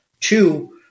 Two